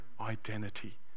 identity